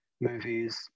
movies